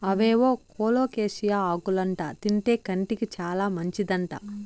అవేవో కోలోకేసియా ఆకులంట తింటే కంటికి చాలా మంచిదంట